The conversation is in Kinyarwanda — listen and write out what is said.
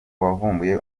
wavumbuye